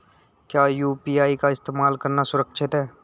क्या यू.पी.आई का इस्तेमाल करना सुरक्षित है?